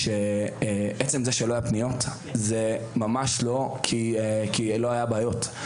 עצם זה שלא היו פניות זה ממש לא כי לא היו בעיות.